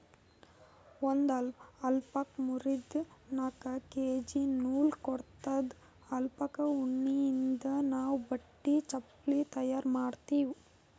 ಒಂದ್ ಅಲ್ಪಕಾ ಮೂರಿಂದ್ ನಾಕ್ ಕೆ.ಜಿ ನೂಲ್ ಕೊಡತ್ತದ್ ಅಲ್ಪಕಾ ಉಣ್ಣಿಯಿಂದ್ ನಾವ್ ಬಟ್ಟಿ ಚಪಲಿ ತಯಾರ್ ಮಾಡ್ತೀವಿ